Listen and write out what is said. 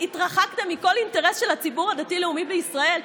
התרחקתם מכל אינטרס של הציבור הדתי לאומי בישראל,